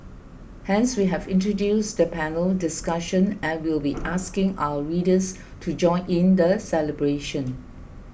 hence we have introduced the panel discussion and will be asking our readers to join in the celebration